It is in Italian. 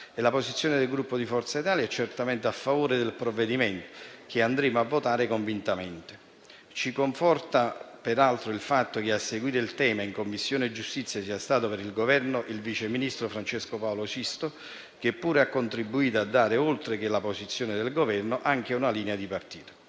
La posizione del Gruppo Forza Italia è certamente a favore del provvedimento che andremo a votare convintamente. Ci conforta peraltro il fatto che a seguire il tema in Commissione giustizia sia stato per il Governo il vice ministro Francesco Paolo Sisto, che pure ha contribuito a dare - oltre alla posizione del Governo - anche una linea di partito.